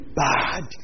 bad